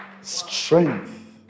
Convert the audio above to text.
strength